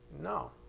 No